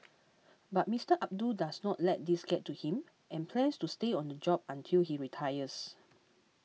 but Mister Abdul does not let these get to him and plans to stay on the job until he retires